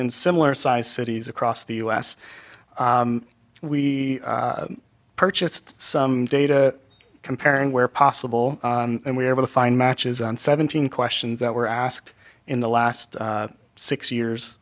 in similar sized cities across the us we purchased some data comparing where possible and we were able to find matches on seventeen questions that were asked in the last six years